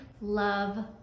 love